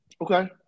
Okay